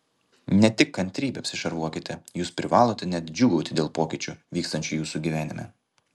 ne tik kantrybe apsišarvuokite jūs privalote net džiūgauti dėl pokyčių vykstančių jūsų gyvenime